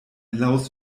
laus